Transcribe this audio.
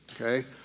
Okay